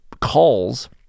calls